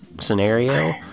scenario